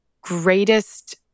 greatest